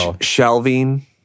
shelving